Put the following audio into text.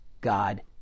God